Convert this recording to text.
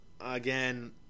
Again